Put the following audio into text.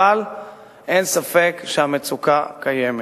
אבל אין ספק שהמצוקה קיימת.